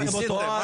מה זה עשיתם?